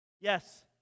Yes